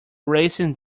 racing